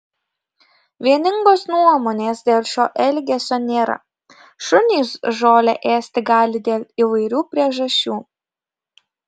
vieningos nuomonės dėl šio elgesio nėra šunys žolę ėsti gali dėl įvairių priežasčių